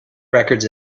records